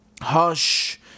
Hush